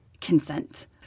consent